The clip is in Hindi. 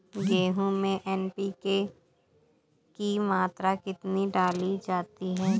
गेहूँ में एन.पी.के की मात्रा कितनी डाली जाती है?